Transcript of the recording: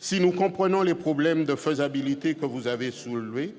Si nous comprenons les problèmes de faisabilité que vous avez soulevés,